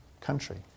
country